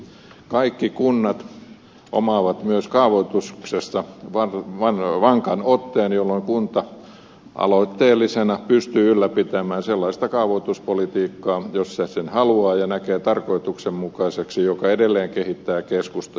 kaikki kunnat omaavat myös kaavoituksesta vankan otteen jolloin kunta aloitteellisena pystyy ylläpitämään sellaista kaavoituspolitiikkaa jota se haluaa ja jonka se näkee tarkoituksenmukaiseksi ja joka edelleen kehittää keskustoja